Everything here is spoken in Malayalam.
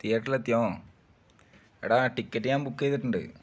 തിയേറ്ററിൽ എത്തിയോ എടാ ടിക്കറ്റ് ഞാൻ ബുക്ക് ചെയ്തിട്ടുണ്ട്